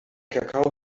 kakao